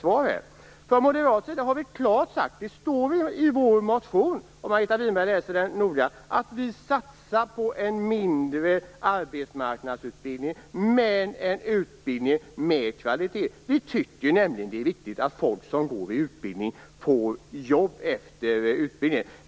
Från moderaterna har vi klart sagt - och det står i vår motion - att vi vill satsa på en mindre arbetsmarknadsutbildning, men på en utbildning med kvalitet. Vi tycker att det rimligt att folk som går en utbildning får jobb efter den.